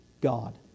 God